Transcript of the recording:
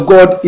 God